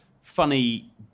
funny